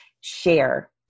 share